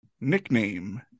nickname